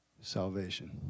Salvation